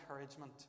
encouragement